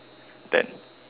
bet